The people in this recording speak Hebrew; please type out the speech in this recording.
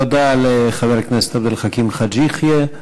תודה לחבר הכנסת עבד אל חכים חאג' יחיא.